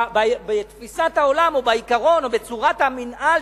בתפיסת העולם או בעיקרון או בצורת המינהל